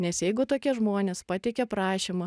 nes jeigu tokie žmonės pateikia prašymą